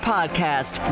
Podcast